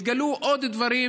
התגלו עוד דברים,